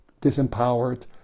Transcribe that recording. disempowered